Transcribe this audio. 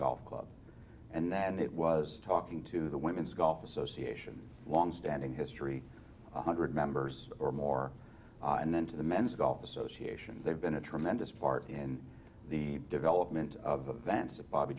golf club and then it was talking to the women's golf association longstanding history one hundred members or more and then to the men's golf association they've been a tremendous part in the development of the vents of bobby